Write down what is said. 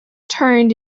turned